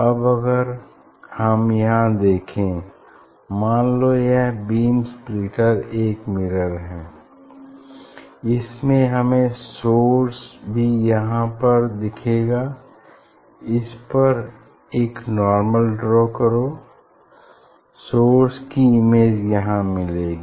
अब अगर हम यहाँ देखें मान लो यह बीम स्प्लिटर एक मिरर है इसमें हमें सोर्स भी यहाँ पर दिखेगा इसपर एक नार्मल ड्रा करो सोर्स की इमेज यहाँ मिलेगी